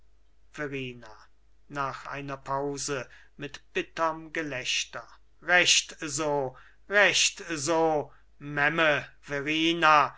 nach einer pause mit bitterm gelächter recht so recht so